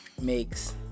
makes